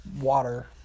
water